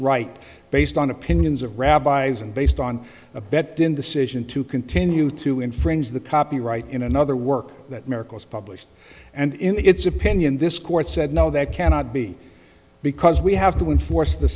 right based on opinions of rabbis and based on a bet din decision to continue to infringe the copyright in another work that miracle's published and in its opinion this court said no that cannot be because we have to enforce the